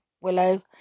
Willow